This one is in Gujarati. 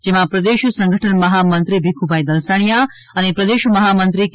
જેમાં પ્રદેશ સંગઠન મહામંત્રીશ્રી ભીખુભાઈ દલસાણીયા અને પ્રદેશ મહામંત્રીશ્રી કે